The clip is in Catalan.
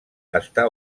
està